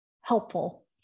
helpful